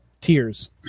Tears